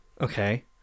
Okay